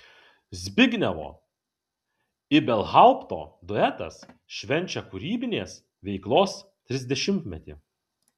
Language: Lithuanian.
zbignevo ibelhaupto duetas švenčia kūrybinės veiklos trisdešimtmetį